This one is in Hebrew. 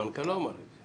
המנכ"ל לא אמר את זה.